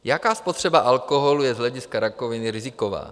Jaká spotřeba alkoholu je z hlediska rakoviny riziková?